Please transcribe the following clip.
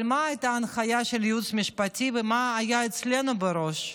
אבל מה הייתה ההנחיה של הייעוץ המשפטי ומה היה אצלנו בראש?